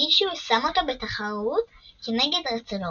מישהו שם אותו בתחרות כנגד רצונו,